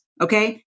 okay